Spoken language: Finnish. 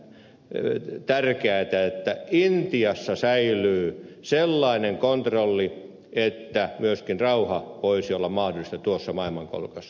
on erittäin tärkeätä että intiassa säilyy sellainen kontrolli että myöskin rauha voisi olla mahdollista tuossa maailmankolkassa